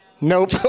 Nope